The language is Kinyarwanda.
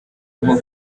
nko